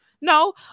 No